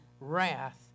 wrath